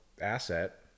asset